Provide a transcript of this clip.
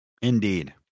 indeed